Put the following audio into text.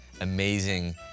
amazing